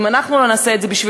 אם אנחנו לא נעשה את זה בשבילנו,